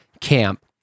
camp